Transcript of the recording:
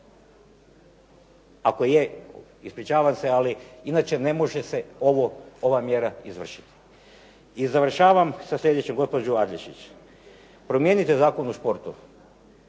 Ako je, ispričavam se, ali inače ne može se ova mjera izvršiti. I završavam sa sljedećim gospođo Adlešič, promijenite Zakon o sportu,